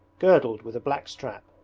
girdled with a black strap,